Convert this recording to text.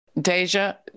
Deja